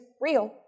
real